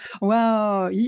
Wow